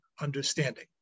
understanding